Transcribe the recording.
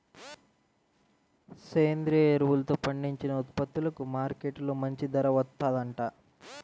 సేంద్రియ ఎరువులతో పండించిన ఉత్పత్తులకు మార్కెట్టులో మంచి ధర వత్తందంట